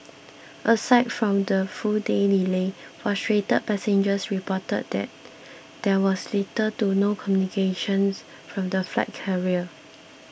aside from the full day's delay frustrated passengers reported that there was little to no communications from the flight carrier